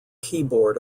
keyboard